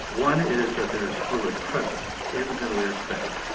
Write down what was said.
one is that there's fluid present in the middle ear space,